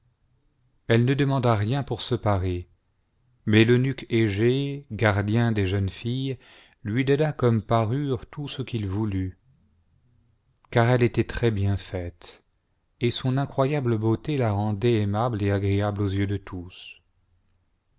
elle ne demanda rien pour se pai-er mais l'eunuque egée gardien des jeunes filles lui donna comme parure tout ce qu'il voulut car elle était très bien faite et son incroyable beauté la rendait aimable et agréable aux yeux de tous